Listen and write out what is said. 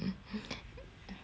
mm